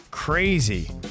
crazy